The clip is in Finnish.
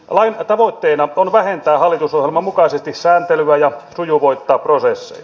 lain tavoitteena on vähentää hallitusohjelman mukaisesti sääntelyä ja sujuvoittaa prosesseja